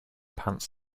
pants